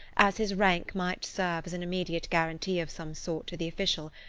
as his rank might serve as an immediate guarantee of some sort to the official,